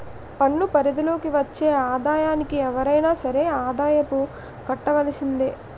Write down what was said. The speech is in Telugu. పన్ను పరిధి లోకి వచ్చే ఆదాయానికి ఎవరైనా సరే ఆదాయపు కట్టవలసిందే